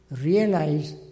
realize